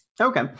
okay